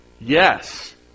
Yes